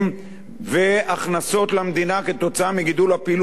והכנסות למדינה עקב גידול הפעילות הכלכלית,